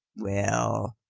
well,